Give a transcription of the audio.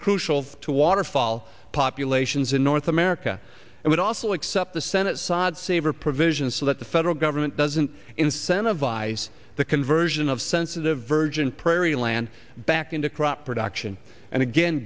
crucial to waterfall populations in north america and also accept the senate side saver provisions so that the federal government doesn't incentivize the conversion of sensitive version prairie land back into crop production and again